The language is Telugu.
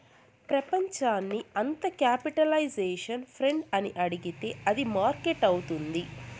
ప్రపంచాన్ని అంత క్యాపిటలైజేషన్ ఫ్రెండ్ అని అడిగితే అది మార్కెట్ అవుతుంది